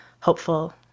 hopeful